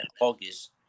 August